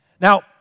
Now